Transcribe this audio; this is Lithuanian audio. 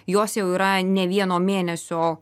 jos jau yra ne vieno mėnesio